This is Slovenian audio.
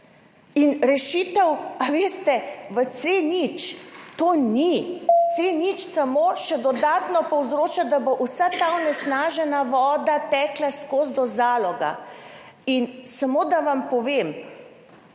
In rešitev – veste, C0 to ni. C0 samo še dodatno povzroča, da bo vsa ta onesnažena voda tekla vse do Zaloga. In samo da vam povem,